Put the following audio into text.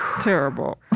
terrible